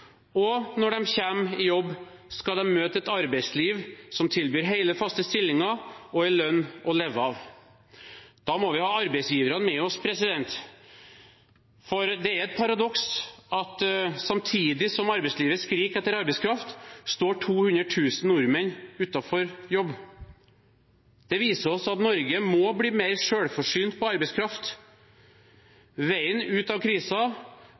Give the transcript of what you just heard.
Når de kommer i jobb, skal de møte et arbeidsliv som tilbyr hele, faste stillinger og en lønn å leve av. Da må vi ha arbeidsgiverne med oss, for det er et paradoks at samtidig som arbeidslivet skriker etter arbeidskraft, står 200 000 nordmenn uten jobb. Det viser oss at Norge må bli mer selvforsynt med arbeidskraft. Veien ut av